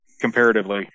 comparatively